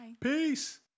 Peace